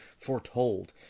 foretold